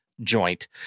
joint